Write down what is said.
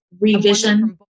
revision